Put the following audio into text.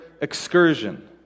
excursion